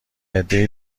عدهای